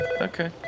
Okay